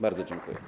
Bardzo dziękuję.